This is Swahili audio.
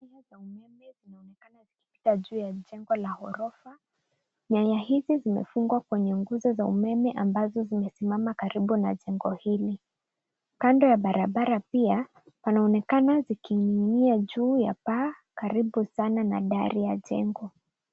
Nyaya za umeme zinaonekana zikipita juu ya jengo la ghorofa. Nyaya hizi zimefungwa kwenye nguzo za umeme ambazo zimesimama karibu na jengo hili. Kando ya barabara pia, panaonekana zikining'inia juu ya paa karibu sana na dari ya jengo.